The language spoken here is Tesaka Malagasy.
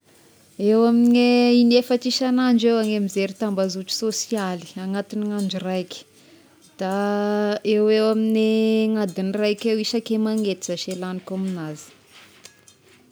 Eo amin'gne in'efatra isan'andro eo iaho ne mijery tambazotry sôsialy agnatin'ny andro raiky da eo eo amin'ny andin'gny raika isaky magnety zashy lagniko amignazy.